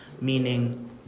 meaning